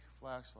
flashlight